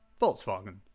Volkswagen